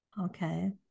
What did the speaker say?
Okay